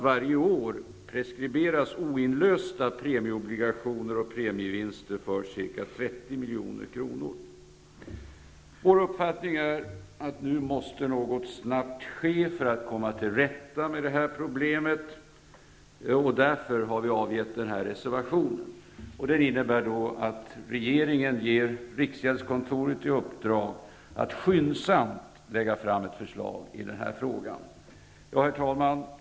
Varje år preskriberas oinlösta premieobligationer och premievinster för ca 30 Vår uppfattning är att något nu snabbt måste ske för att man skall komma till rätta med detta problem, och därför har vi avgett denna reservation, som innebär att regeringen ger riksgäldskontoret i uppdrag att skyndsamt lägga fram ett förslag i frågan. Herr talman!